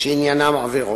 שעניינם עבירות.